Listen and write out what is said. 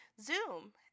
Zoom